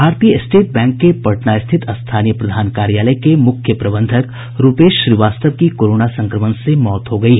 भारतीय State Bank के पटना स्थित स्थानीय प्रधान कार्यालय के मुख्य प्रबंधक रूपेश श्रीवास्तव की कोरोना संक्रमण से मौत हो गयी